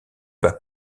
bas